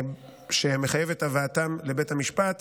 שמחייבת את הבאתם לבית המשפט